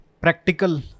practical